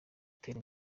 utera